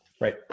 Right